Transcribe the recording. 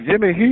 Jimmy